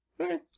Okay